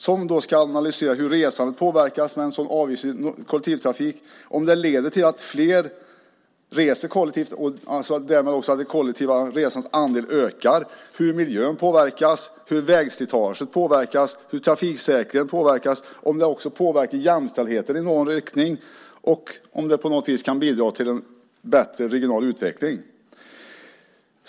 Man ska analysera hur resandet påverkas med en sådan här avgiftsfri kollektivtrafik - om den leder till att flera reser kollektivt så att det kollektiva resandets andel därmed ökar, hur miljön, vägslitaget och trafiksäkerheten påverkas, om också jämställdheten påverkas i någon riktning och om det här på något vis kan bidra till en bättre regional utveckling.